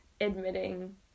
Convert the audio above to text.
admitting